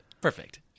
Perfect